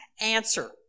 answer